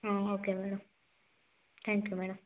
ఆ okay madam thank you madam